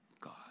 God